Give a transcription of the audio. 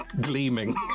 gleaming